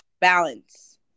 balance